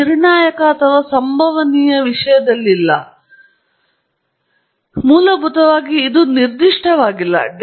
ಇದು ನಿರ್ಣಾಯಕ ಅಥವಾ ಸಂಭವನೀಯ ವಿಷಯದಲ್ಲಿಲ್ಲ ಮತ್ತು ನಾವು ಅದರ ಬಗ್ಗೆ ಮಾತನಾಡುತ್ತೇವೆ ಆದರೆ ಮೂಲಭೂತವಾಗಿ ಇದು ನಿರ್ಧಿಷ್ಟವಾಗಿಲ್ಲ